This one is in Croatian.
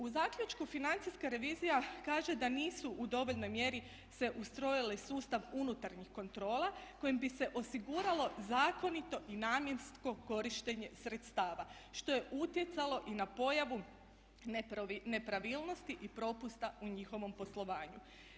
U zaključku financijska revizija kaže da nisu u dovoljnoj mjeri se ustrojio sustav unutarnjih kontrola kojim bi se osiguralo zakonito i namjensko korištenje sredstava što je utjecalo i na pojavu nepravilnosti i propusta u njihovom poslovanju.